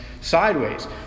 sideways